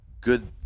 good